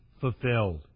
fulfilled